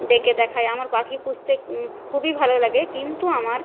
ডেকে দেখাই আমার পাখি পুষতে খুবই ভালো লাগে কিন্তু আমার